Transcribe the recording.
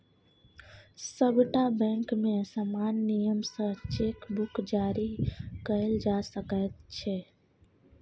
सभटा बैंकमे समान नियम सँ चेक बुक जारी कएल जा सकैत छै